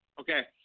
Okay